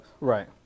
Right